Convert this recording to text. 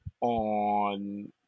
on